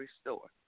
store